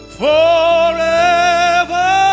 forever